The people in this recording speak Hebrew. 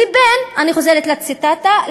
אני חוזרת לציטטה,